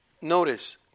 Notice